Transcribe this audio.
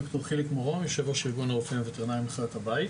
ד"ר חיליק מרום יושב ראש ארגון הרופאים הווטרינרים לחיות הבית.